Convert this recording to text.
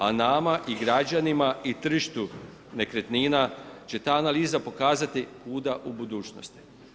A nama i građanima i tržištu, nekretnina će ta analiza pokazati kuda u budućnosti.